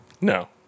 No